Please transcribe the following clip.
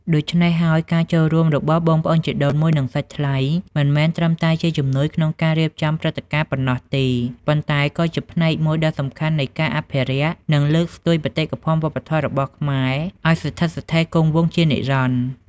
ដូច្នេះហើយ ការចូលរួមរបស់បងប្អូនជីដូនមួយ និងសាច់ថ្លៃ មិនមែនត្រឹមតែជាជំនួយក្នុងការរៀបចំព្រឹត្តិការណ៍ប៉ុណ្ណោះទេ ប៉ុន្តែក៏ជា ផ្នែកមួយដ៏សំខាន់នៃការអភិរក្ស និងលើកស្ទួយបេតិកភណ្ឌវប្បធម៌ របស់ខ្មែរឱ្យស្ថិតស្ថេរគង់វង្សជានិរន្តរ៍។